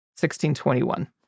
1621